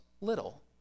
little